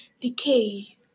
decay